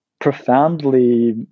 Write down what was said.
profoundly